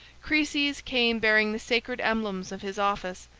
chryses came bearing the sacred emblems of his office,